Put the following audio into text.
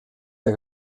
der